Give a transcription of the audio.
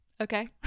okay